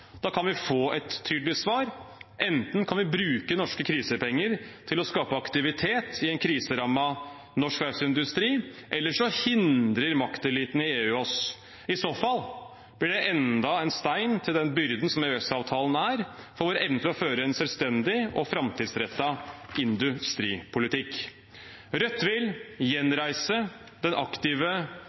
Da kan vi få et tydelig svar: Enten kan vi bruke norske krisepenger til å skape aktivitet i en kriserammet norsk verftsindustri, eller så hindrer makteliten i EU oss. I så fall blir det enda en stein til den byrden som EØS-avtalen er for vår evne til å føre en selvstendig og framtidsrettet industripolitikk. Rødt vil gjenreise den aktive